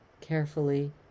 carefully